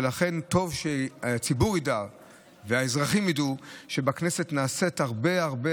ולכן טוב שהציבור ידע והאזרחים ידעו שבכנסת נעשית הרבה הרבה